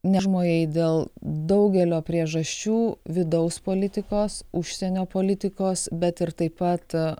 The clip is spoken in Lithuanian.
nežmojai dėl daugelio priežasčių vidaus politikos užsienio politikos bet ir taip pat